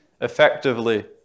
effectively